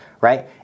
right